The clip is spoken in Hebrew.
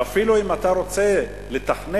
ואפילו אם אתה רוצה לתכנן,